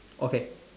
okay